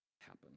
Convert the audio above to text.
happen